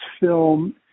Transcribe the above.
film